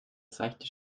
seichte